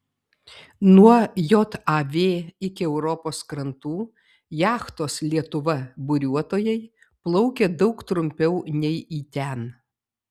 nuo jav iki europos krantų jachtos lietuva buriuotojai plaukė daug trumpiau nei į ten